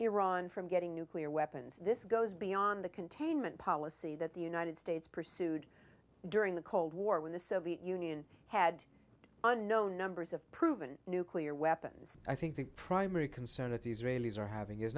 iran from getting nuclear weapons this goes beyond the containment policy that the united states pursued during the cold war when the soviet union had the no numbers of proven nuclear weapons i think the primary concern of the israelis are having is